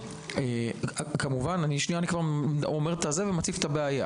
אני כבר מציף את הבעיה